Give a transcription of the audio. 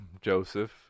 Joseph